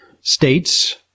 states